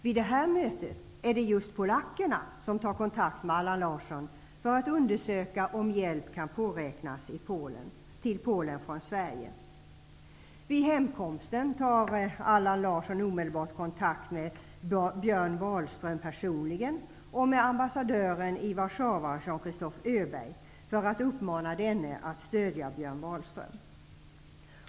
Vid detta möte är det polackerna som tar kontakt med Allan Larsson för att undersöka om hjälp från Sverige kan påräknas till Polen. Vid hemkomsten tar Allan Larsson omedelbart kontakt med Björn Warszawa Jean-Christophe Öberg för att uppmana denne att stödja Björn Wahlström.